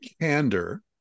candor